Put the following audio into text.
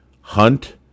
hunt